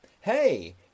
Hey